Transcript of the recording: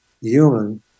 human